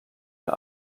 ihr